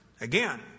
again